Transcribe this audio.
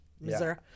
Missouri